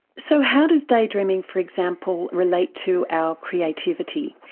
so how does daydreaming, for example, relate to our creativity?